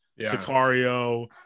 sicario